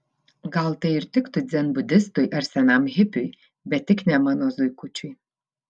gal tai ir tiktų dzenbudistui ar senam hipiui bet tik ne mano zuikučiui